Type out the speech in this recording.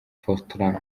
fortran